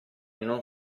non